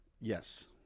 yes